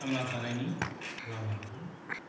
थांना थानायनि लामाखौ